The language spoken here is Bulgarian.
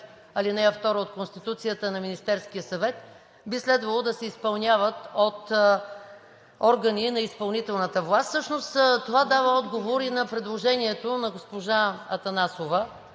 ал. 2 от Конституцията на Министерския съвет, би следвало да се изпълняват от органи на изпълнителната власт. Всъщност това дава отговор и на предложението на госпожа Атанасова